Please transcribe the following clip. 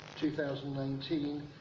2019